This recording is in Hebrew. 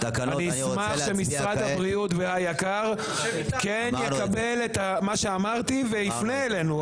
אני אשמח שמשרד הבריאות והיק"ר יקבלו את מה שאמרתי ויפנה אלינו.